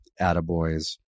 attaboys